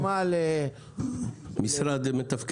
--- זו דוגמה ל --- למשרד מתפקד,